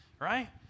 Right